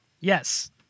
Yes